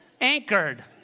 Anchored